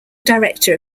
director